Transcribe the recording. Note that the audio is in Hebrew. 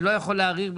אני לא יכול להעריך,